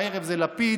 בערב זה לפיד,